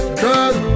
girl